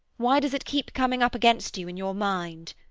why does it keep coming up against you in your mind?